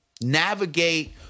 navigate